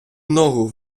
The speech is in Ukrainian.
ногу